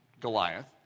Goliath